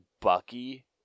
Bucky